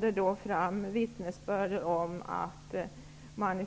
Där gavs det vittnesbörd om att man